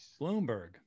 Bloomberg